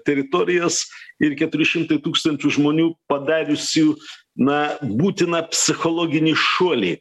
teritorijas ir keturi šimtai tūkstančių žmonių padariusių na būtiną psichologinį šuolį